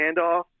handoff